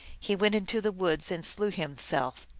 he went into the woods and slew himself.